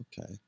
Okay